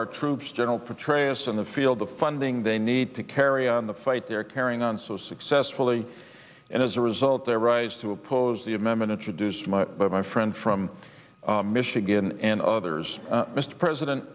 our troops general petraeus in the field the funding they need to carry on the fight they're carrying on so successfully and as a result there rise to oppose the amendment introduced my but my friend from michigan and others mr president